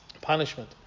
punishment